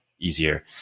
easier